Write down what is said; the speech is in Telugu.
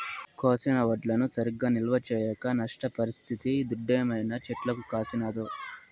కోసిన వడ్లను సరిగా నిల్వ చేయక నష్టపరిస్తిది దుడ్డేమైనా చెట్లకు కాసినాదో